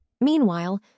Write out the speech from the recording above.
Meanwhile